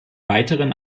weiteren